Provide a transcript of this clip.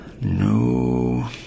No